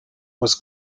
was